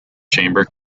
chamber